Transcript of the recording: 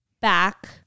back